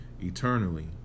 eternally